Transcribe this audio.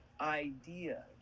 idea